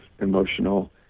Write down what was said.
emotional